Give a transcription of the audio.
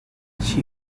she